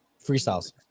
freestyles